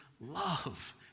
love